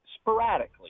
sporadically